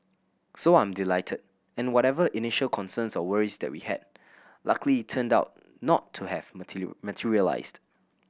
so I'm delighted and whatever initial concerns or worries that we had luckily turned out not to have materialised